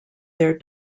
their